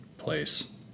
place